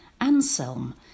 Anselm